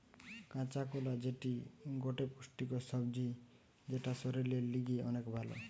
কাঁচা কোলা যেটি গটে পুষ্টিকর সবজি যেটা শরীরের লিগে অনেক ভাল